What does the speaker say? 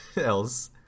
else